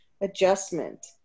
adjustment